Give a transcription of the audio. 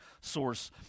source